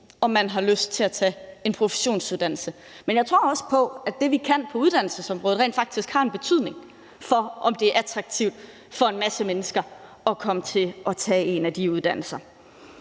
om man har lyst til at tage en professionsuddannelse, men jeg tror rent faktisk også på, at det, som vi kan gøre på uddannelsesområdet, har en betydning for, om det er attraktivt for en masse mennesker at komme til at tage en af de uddannelser.